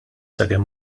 sakemm